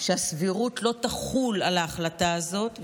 שהסבירות לא תחול על ההחלטה הזאת,